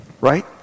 Right